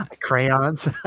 Crayons